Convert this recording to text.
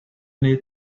need